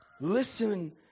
Listen